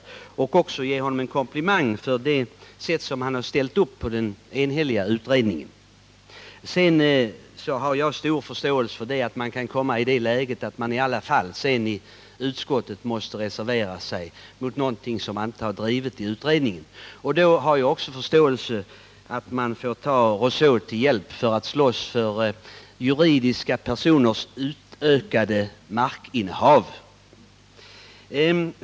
Jag vill också ge honom en komplimang för det sätt på vilket han har ställt upp för den enhälliga utredningen. Sedan har jag stor förståelse för att man kan komma i det läget att man i alla fall i utskottet måste reservera sig mot någonting som man inte har drivit i utredningen. Därför har jag också förståelse för att man tar Rousseau till hjälp för att slåss för juridiska personers utökade markinnehav.